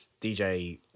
DJ